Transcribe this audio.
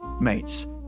Mates